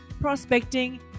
prospecting